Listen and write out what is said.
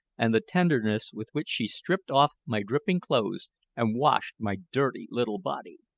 and the tenderness with which she stripped off my dripping clothes and washed my dirty little body!